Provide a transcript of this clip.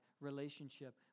relationship